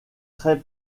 très